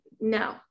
no